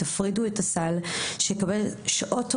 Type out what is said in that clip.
תפרידו את הסל, שיקבל שעות הוראה,